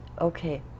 okay